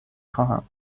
خواهم